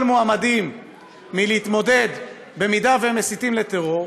מועמדים מלהתמודד במידה שהם מסיתים לטרור.